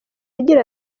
agira